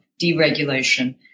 deregulation